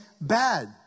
bad